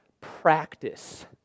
practice